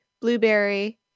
blueberry